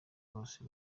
bose